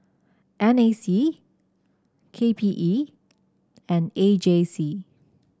N A C K P E and A J C